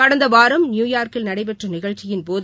கடந்த வாரம் நியூயார்க்கில் நடைபெற்ற நிகழ்ச்சியின்போது